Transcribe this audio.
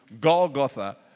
Golgotha